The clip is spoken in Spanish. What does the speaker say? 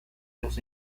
los